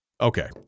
Okay